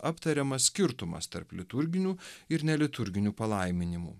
aptariamas skirtumas tarp liturginių ir neliturginių palaiminimų